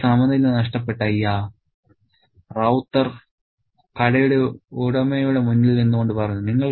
എനിക്ക് സമനില നഷ്ടപ്പെട്ടു അയ്യാ റൌത്തർ കടയുടെ ഉടമയുടെ മുന്നിൽ നിന്നു കൊണ്ട് പറഞ്ഞു